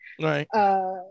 Right